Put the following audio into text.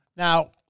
Now